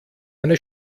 eine